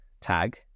tag